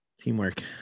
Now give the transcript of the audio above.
Teamwork